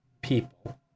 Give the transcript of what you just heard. people